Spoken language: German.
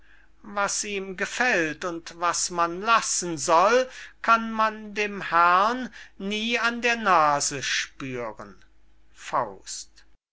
was ihm gefällt und was man lassen soll kann man dem herrn nie an der nase spüren das